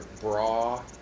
bra